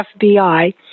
FBI